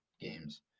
games